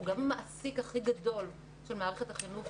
הוא גם מעסיק הכי גדול של מערכת החינוך,